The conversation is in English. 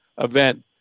event